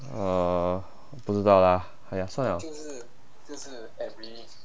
哦不知道啦哎呀算啦